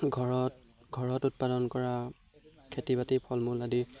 ঘৰত ঘৰত উৎপাদন কৰা খেতি বাতি ফল মূল আদি